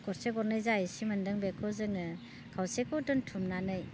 गरसे गरनै जा एसे मोन्दों बेखौ जोङो खावसेखौ दोनथुमनानै